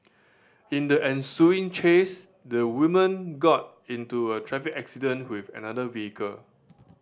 in the ensuing chase the woman got into a traffic accident with another vehicle